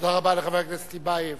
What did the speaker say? תודה רבה לחבר הכנסת רוברט טיבייב,